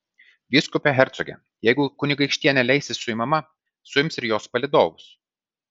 vyskupe hercoge jeigu kunigaikštienė leisis suimama suims ir jos palydovus